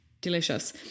Delicious